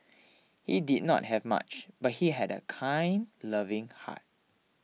he did not have much but he had a kind loving heart